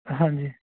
ਹਾਂਜੀ